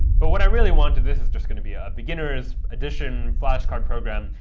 but what i really want, this is just going to be a beginner's edition flash card program,